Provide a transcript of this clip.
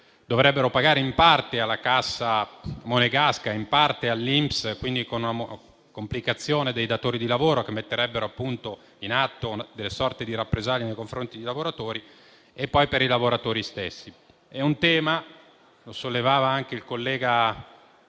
dovrebbero pagare in parte alla cassa monegasca e in parte all'INPS: una complicazione per i datori di lavoro - che poi metterebbero in atto una sorta di rappresaglia nei confronti di lavoratori - e per i lavoratori stessi. È un tema - lo sollevava anche il